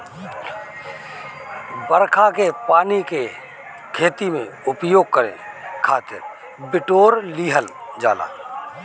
बरखा के पानी के खेती में उपयोग करे खातिर बिटोर लिहल जाला